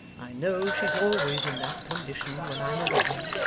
i know she's always in that condition when i'm away,